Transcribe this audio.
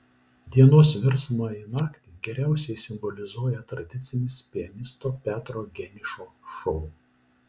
dienos virsmą į naktį geriausiai simbolizuoja tradicinis pianisto petro geniušo šou